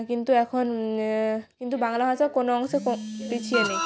কিন্তু এখন কিন্তু বাংলা ভাষা কোনো অংশে কম পিছিয়ে নেই